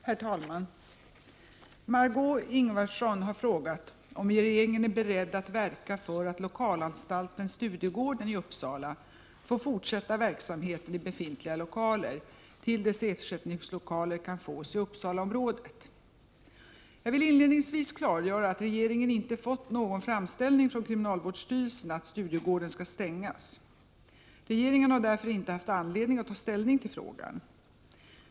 Herr talman! Margö Ingvardsson har frågat om regeringen är beredd att verka för att lokalanstalten Studiegården i Uppsala får fortsätta verksamheten i befintliga lokaler till dess ersättningslokaler kan fås i Uppsalaområdet. Jag vill inledningsvis klargöra att regeringen inte fått någon framställning från kriminalvårdsstyrelsen att Studiegården skall stängas. Regeringen har därför inte haft anledning att ta ställning till frågan.